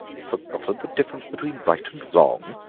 forgotten the difference between right and wrong!